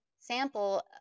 sample